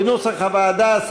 כנוסח הוועדה,